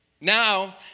now